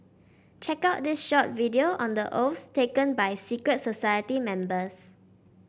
check out this short video on the oaths taken by secret society members